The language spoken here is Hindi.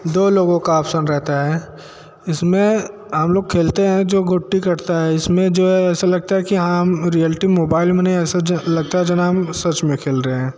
दो लोगों का आप्शन रहता है इसमें हम लोग खेलते हैं जो गोटी कटता है इसमें जो है ऐसा लगता है कि हाँ हम रियेलटी मोबाइल में नहीं ऐसा लगता है जो ना हम सच में खेल रहे हैं